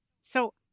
So-